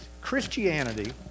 Christianity